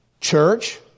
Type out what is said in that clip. Church